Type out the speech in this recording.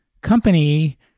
company